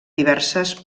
diverses